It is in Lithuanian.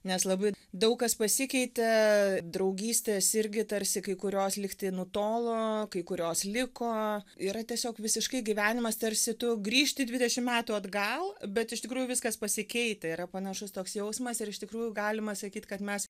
nes labai daug kas pasikeitė draugystės irgi tarsi kai kurios lygtai nutolo kai kurios liko yra tiesiog visiškai gyvenimas tarsi tu grįžti dvidešim metų atgal bet iš tikrųjų viskas pasikeitę yra panašus toks jausmas ir iš tikrųjų galima sakyt kad mes